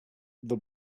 the